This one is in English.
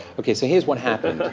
ok, so here's what happened.